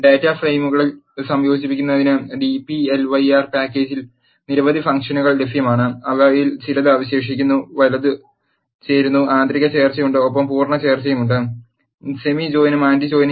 data ഫ്രെയിമുകൾ സംയോജിപ്പിക്കുന്നതിന് dplyr പാക്കേജിൽ നിരവധി ഫംഗ്ഷനുകൾ ലഭ്യമാണ് അവയിൽ ചിലത് അവശേഷിക്കുന്നു വലത് ചേരുന്നു ആന്തരിക ചേർച്ചയുണ്ട് ഒപ്പം പൂർണ്ണ ചേർച്ചയുമുണ്ട് സെമി ജോയിനും ആന്റി ജോയിനും